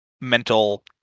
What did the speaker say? mental